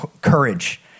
courage